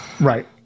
Right